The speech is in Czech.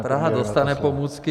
Praha dostane pomůcky.